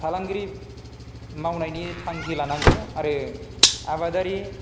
फालांगिरि मावनायनि थांखि लानांगौ आरो आबादारि